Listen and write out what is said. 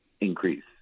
increase